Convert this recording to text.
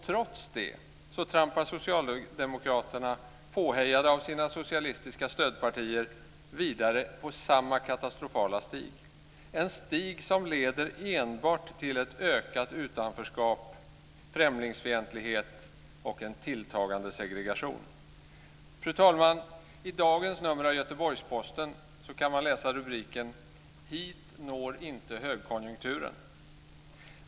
Trots det trampar Socialdemokraterna, påhejade av sina socialistiska stödpartier, vidare på samma katastrofala stig - en stig som enbart leder till ett ökat utanförskap, till främlingsfientlighet och till en tilltagande segregation. Fru talman! I dagens Göteborgs-Posten kan man läsa rubriken: Hit når inte högkonjunkturen.